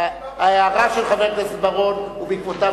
ההערה של חבר הכנסת בר-און ובעקבותיו